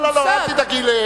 לא, לא, אל תדאגי לעבודתי.